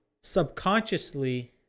Subconsciously